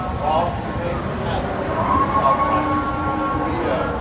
whilst we may have had the cuban missile crisis korea,